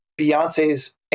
Beyonce's